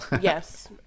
Yes